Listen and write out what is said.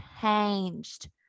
changed